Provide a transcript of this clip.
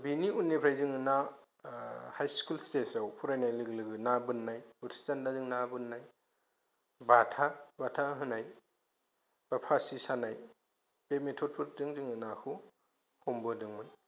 बेनि उननिफ्राय जोङो ना आह हाइ स्कुल स्टेसआव फरायनाय लोगो लोगो ना बोन्नाय बोरसि दानदाजों ना बोन्नाय बाथा बाथा होनाय बा फासि सानाय बे मेथडफोरजों जोङो नाखौ हमबोदोंमोन